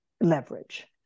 leverage